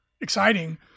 exciting